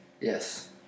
Yes